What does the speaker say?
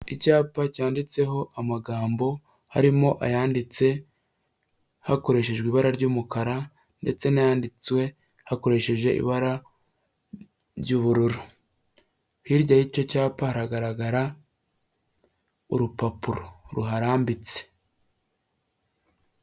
Icyapa cyanditseho amagambo harimo ayanditse hakoreshejwe ibara ry'umukara, ndetse n'ayanditswe hakoreshejwe ibara ry'ubururu. Hirya y'icyo cyapa hagaragara urupapuro ruharambitse.